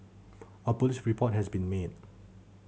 a police report has also been made